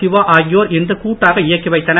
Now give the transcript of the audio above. சிவா ஆகியோர் இன்று கூட்டாக இயக்கி வைத்தனர்